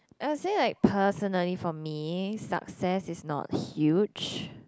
I'll say like personally for me success is not huge